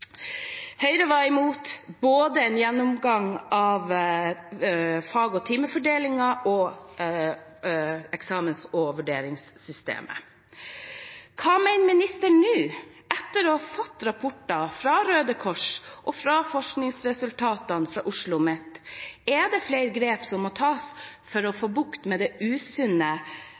Høyre var imot både en gjennomgang av fag- og timefordelingen og eksamens- og vurderingssystemet. Hva mener statsråden nå, etter å ha fått rapporter fra Røde Kors og forskningsresultater fra OsloMet: Er det flere grep som må tas for å få bukt med det usunne